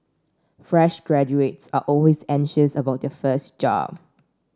fresh graduates are always anxious about their first job